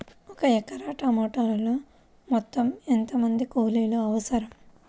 ఒక ఎకరా టమాటలో మొత్తం ఎంత మంది కూలీలు అవసరం?